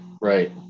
Right